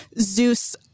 Zeus